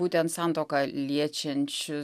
būtent santuoką liečiančių